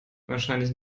wahrscheinlich